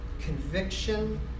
conviction